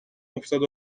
افتاد